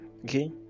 okay